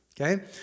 okay